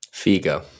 Figo